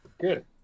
good